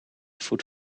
voet